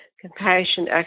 compassion